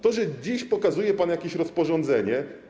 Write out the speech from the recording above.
To, że dziś pokazuje pan jakieś rozporządzenie.